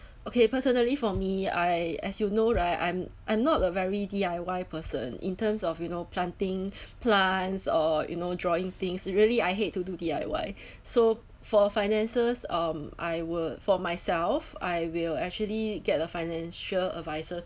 okay personally for me I as you know right I'm I'm not a very D_I_Y person in terms of you know planting plants or you know drawing things really I hate to do D_I_Y so for finances um I were for myself I will actually get a financial adviser